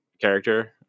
character